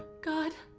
god,